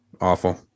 awful